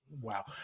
Wow